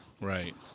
Right